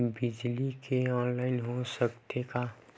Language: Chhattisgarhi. बिजली के ऑनलाइन हो सकथे का?